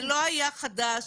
זה לא היה חדש.